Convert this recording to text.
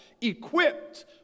equipped